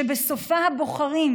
ובסופה הבוחרים,